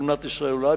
רצוני לשאול: